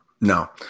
No